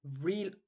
real